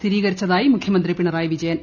സ്ഥിരീകരിച്ചതായി മുഖ്യമന്ത്രി പിണ്റായി വിജയൻ